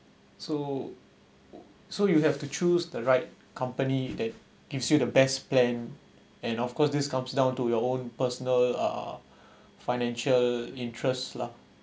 so so you have to choose the right company that gives you the best plan and of course this comes down to your own personal uh financial interest lah